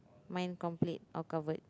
mine complete or covered